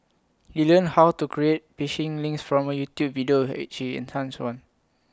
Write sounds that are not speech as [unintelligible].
he learned how to create phishing links from A YouTube video which he [unintelligible] one